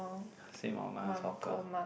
same or my one soccer